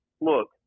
look